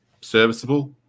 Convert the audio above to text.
serviceable